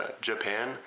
Japan